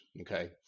Okay